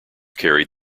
carried